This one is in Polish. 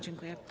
Dziękuję.